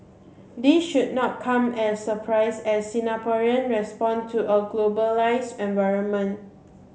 this should not come as surprise as Singaporean respond to a globalise environment